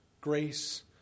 grace